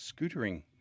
scootering